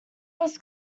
was